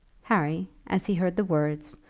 harry, as he heard the words,